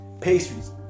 pastries